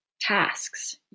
tasks